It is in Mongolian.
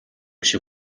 шиг